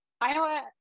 Iowa